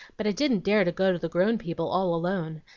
but i didn't dare to go to the grown people all alone,